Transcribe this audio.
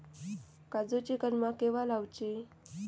काजुची कलमा केव्हा लावची?